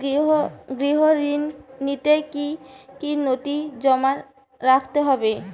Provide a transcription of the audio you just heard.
গৃহ ঋণ নিতে কি কি নথি জমা রাখতে হবে?